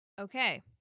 okay